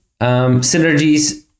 synergies